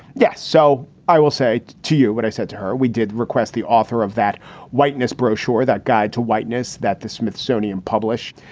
yes. so i will say to you what i said to her. we did request the author of that whiteness brochure, that guide to whiteness that the smithsonian published.